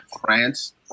France